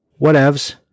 whatevs